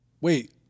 Wait